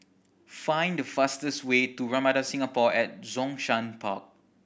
find the fastest way to Ramada Singapore at Zhongshan Park